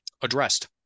addressed